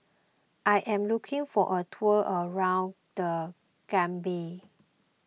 I am looking for a tour around the Gambia